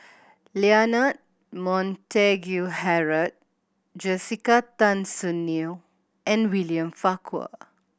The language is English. Leonard Montague Harrod Jessica Tan Soon Neo and William Farquhar